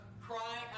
cry